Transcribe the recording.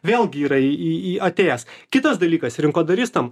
vėlgi yra į į į atėjęs kitas dalykas rinkodaristam